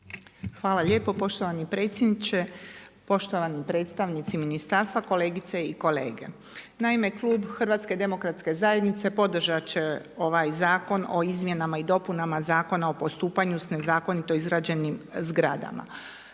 Hvala lijepo poštovani predsjedniče, poštovani predstavnici ministarstva, kolegice i kolege. Naime, klub Hrvatske demokratske zajednice podržat će ovaj Zakon o izmjenama i dopunama Zakona o postupanju s nezakonito izgrađenim zgradama.